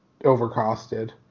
overcosted